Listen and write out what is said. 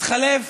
יתחלף